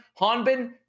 Hanbin